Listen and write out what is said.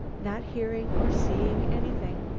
not hearing or seeing anything,